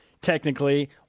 Technically